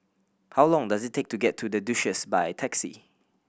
how long does it take to get to The Duchess by taxi